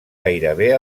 gairebé